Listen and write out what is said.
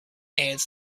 ants